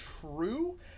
true